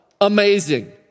Amazing